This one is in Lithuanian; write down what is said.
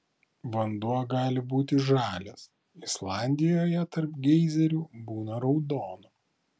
vanduo gali būti žalias islandijoje tarp geizerių būna raudono